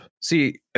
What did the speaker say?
see